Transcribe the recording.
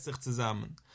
zusammen